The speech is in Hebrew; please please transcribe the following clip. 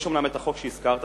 יש אומנם החוק שהזכרת,